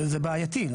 זה בעייתי.